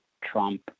Trump